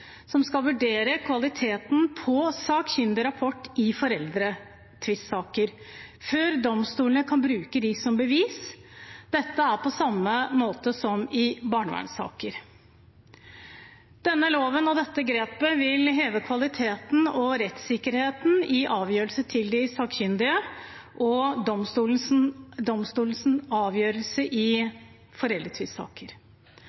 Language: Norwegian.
skal vurdere kvaliteten på sakkyndigrapporter i foreldretvistsaker før domstolene kan bruke dem som bevis. Dette er på samme måte som i barnevernssaker. Denne loven og dette grepet vil heve kvaliteten og rettssikkerheten i avgjørelsen til de sakkyndige og domstolenes avgjørelse